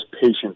patient